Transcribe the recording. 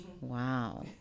Wow